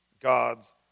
God's